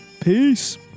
Peace